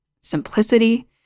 simplicity